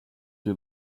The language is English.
you